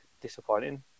disappointing